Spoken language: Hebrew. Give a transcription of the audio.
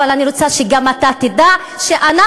אבל אני רוצה שגם אתה תדע שאנחנו,